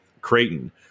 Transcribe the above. creighton